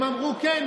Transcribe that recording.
הם אמרו: כן,